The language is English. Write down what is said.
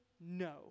No